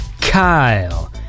Kyle